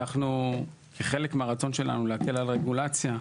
אנחנו, כחלק מהרצון שלנו להקל על רגולציה,